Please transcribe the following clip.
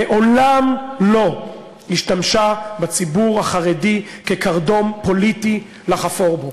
מעולם לא השתמשה בציבור החרדי כקרדום פוליטי לחפור בו.